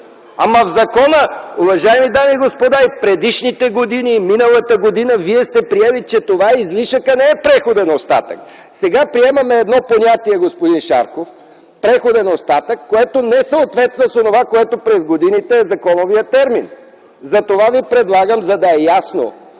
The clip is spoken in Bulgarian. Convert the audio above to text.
едно и също. Уважаеми дами и господа, в закона и предишните години, и миналата година вие сте приели, че излишъкът не е преходен остатък. Сега приемаме едно понятие, господин Шарков – „преходен остатък”, което не съответства с онова, което през годините е законовият термин. Затова ви предлагам, за да е ясно